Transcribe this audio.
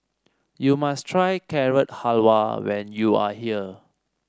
you must try Carrot Halwa when you are here